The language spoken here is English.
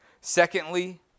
Secondly